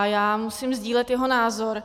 Já musím sdílet jeho názor.